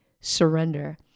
surrender